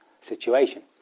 situation